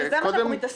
בזה אנחנו מתעסקים?